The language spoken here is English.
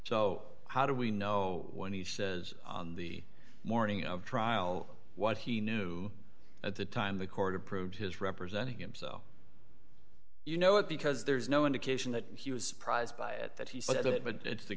so how do we know when he says on the morning of trial what he knew at the time the court approved his representing him so you know it because there's no indication that he was surprised by it that he said it but it's the